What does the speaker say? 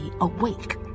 awake